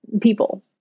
people